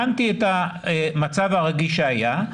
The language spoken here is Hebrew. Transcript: הבנתי את המצב הרגיש שהיה,